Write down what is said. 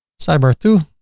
sidebar two,